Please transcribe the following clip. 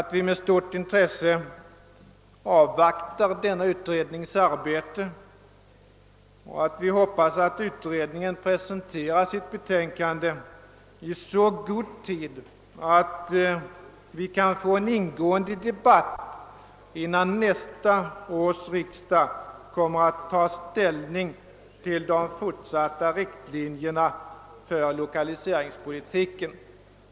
Med stort intresse avvaktar vi denna utrednings arbete, och vi hoppas att utredningen presenterar sitt betänkande i så god tid att vi kan få en ingående debatt innan nästa års riksdag tar ställning till riktlinjerna för den fortsatta lokaliseringspolitiken.